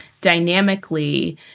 dynamically